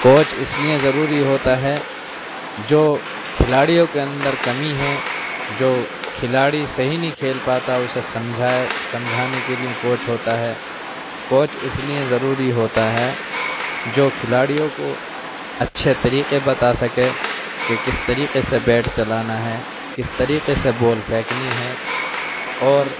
coach اس لیے ضروری ہوتا ہے جو کھلاڑیوں کے اندر کمی ہے جو کھلاڑی صحیح نہیں کھیل پاتا اسے سمجھا سمجھانے کے لیے کوچ ہوتا ہے کوچ اس لیے ضروری ہوتا ہے جو کھلاڑیوں کو اچھے طریقے بتا سکے کہ کس طریقے سے بیٹ چلانا ہے کس طریقے سے بال پھیکنی ہے اور